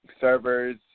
Servers